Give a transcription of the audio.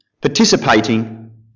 participating